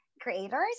creators